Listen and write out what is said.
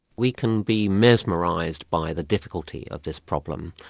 we can be mesmerised by the difficulty of this problem.